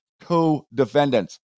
co-defendants